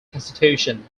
constitution